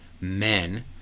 men